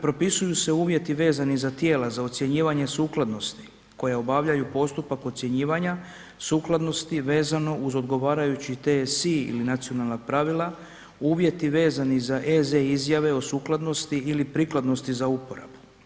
Propisuju se uvjeti vezani za tijela za ocjenjivanje sukladnosti koja obavljaju postupak ocjenjivanja sukladnosti vezano uz odgovarajući TSI ili nacionalna pravila, uvjeti vezani za EZ izjave o sukladnosti ili prikladnosti za uporabu.